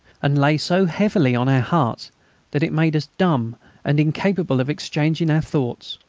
and lay so heavy on our hearts that it made us dumb and incapable of exchanging our thoughts,